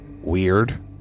Weird